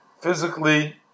physically